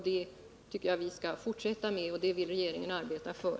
Det tycker jag att vi skall fortsätta med, och det vill regeringen arbeta för.